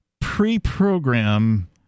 pre-program